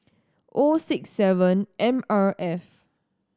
O six seven M R F